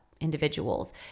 individuals